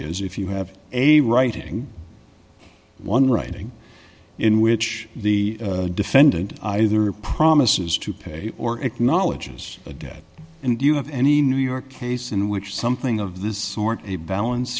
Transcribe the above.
is if you have a writing one writing in which the defendant either promises to pay or acknowledges a debt and you have any new york case in which something of this sort a balance